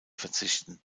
verzichten